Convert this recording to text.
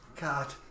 God